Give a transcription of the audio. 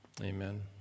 Amen